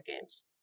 games